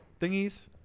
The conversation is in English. thingies